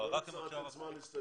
רק לגבי הזמן.